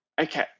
okay